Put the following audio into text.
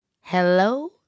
Hello